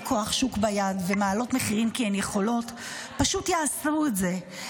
כוח שוק ביד ומעלות מחירים כי הן יכולות פשוט יעשו את זה,